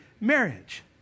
marriage